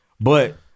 But-